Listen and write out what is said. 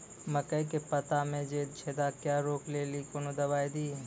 मकई के पता मे जे छेदा क्या रोक ले ली कौन दवाई दी?